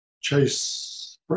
Chase